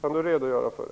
Kan Pär-Axel Sahlberg redogöra för det?